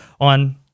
on